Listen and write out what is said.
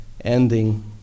ending